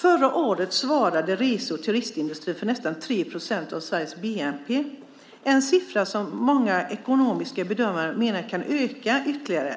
Förra året svarade rese och turistindustrin för nästan 3 % av Sveriges bnp. Det är en siffra som många bedömare av ekonomi menar kan öka ytterligare.